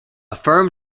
firm